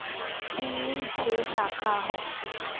तीन ठे साखा हौ